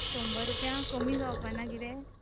शंबर रुपया कमी जावपा ना कितें